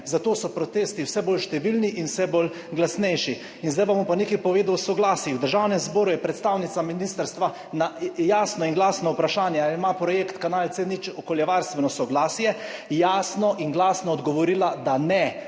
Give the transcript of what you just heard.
Zato so protesti vse bolj številni in vse bolj glasnejši. Zdaj bom pa nekaj povedal o soglasjih. V Državnem zboru je predstavnica ministrstva na jasno in glasno vprašanje, ali ima projekt kanal C0 okoljevarstveno soglasje, jasno in glasno odgovorila, da ne: